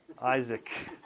Isaac